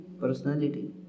personality